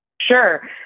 Sure